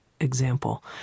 example